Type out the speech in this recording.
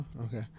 Okay